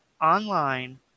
online